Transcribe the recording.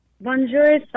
Bonjour